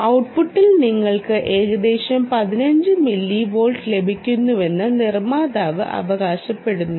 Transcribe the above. ഔട്ട്പുട്ടിൽ നിങ്ങൾക്ക് ഏകദേശം 15 മില്ലി വാട്ട് ലഭിക്കുമെന്ന് നിർമ്മാതാവ് അവകാശപ്പെടുന്നു